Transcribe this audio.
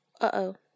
Uh-oh